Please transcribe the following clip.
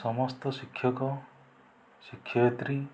ସମସ୍ତ ଶିକ୍ଷକ ଶିକ୍ଷୟିତ୍ରୀ